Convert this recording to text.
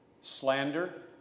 slander